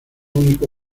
único